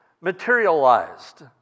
materialized